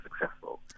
successful